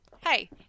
Hey